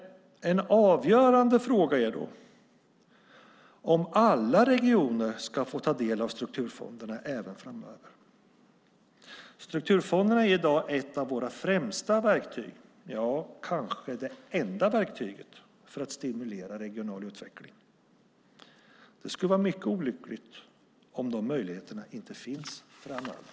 En avgörande fråga är då om alla regioner ska få ta del av strukturfonderna även framöver. Strukturfonderna är i dag ett av våra främsta verktyg, ja, kanske det enda verktyget, för att stimulera regional utveckling. Det skulle vara mycket olyckligt om de möjligheterna inte finns framöver.